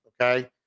okay